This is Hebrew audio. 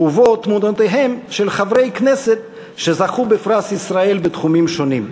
ובו תמונותיהם של חברי הכנסת שזכו בפרס ישראל בתחומים שונים.